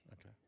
Okay